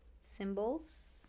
symbols